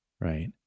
right